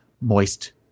moist-